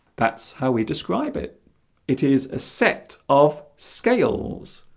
that's how we describe it it is a set of scales